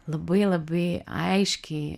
labai labai aiškiai